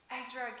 Ezra